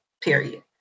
period